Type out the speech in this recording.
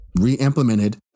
re-implemented